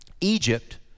Egypt